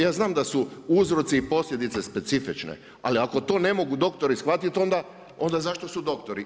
Ja znam da su uzroci i posljedice specifične, ali ako to ne mogu doktori shvatiti onda zašto su doktori.